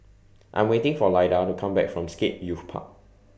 I'm waiting For Lyda to Come Back from Scape Youth Park